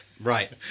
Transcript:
Right